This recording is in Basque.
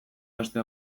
beste